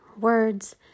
words